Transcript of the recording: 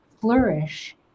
flourish